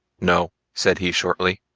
no, said he shortly,